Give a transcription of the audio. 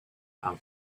and